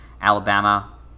Alabama